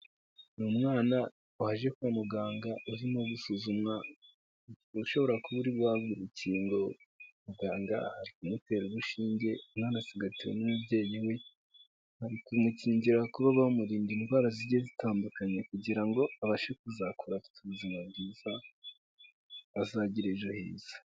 Ni umwana waje kwa muganga urimo gusuzumwa ushobora kuba uri guhabwa urukingo, muganga ari kumutera urushinge umwana asigatiwe n'umubyeyi we bari kumukingira kuba bamurinda indwara zijya zitandukanye, kugira ngo abashe kuzakura afite ubuzima bwiza azagire ejo heza.